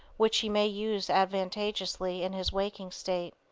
which he may use advantageously in his waking state,